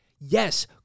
Yes